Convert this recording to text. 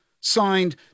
Signed